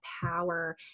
power